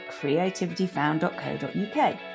creativityfound.co.uk